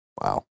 wow